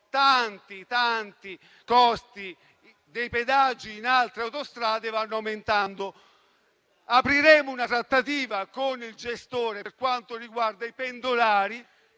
cui tanti costi dei pedaggi in altre autostrade vanno aumentando. Apriremo una trattativa con il gestore per quanto riguarda i pendolari,